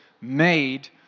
made